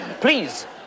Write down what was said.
Please